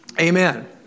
Amen